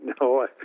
No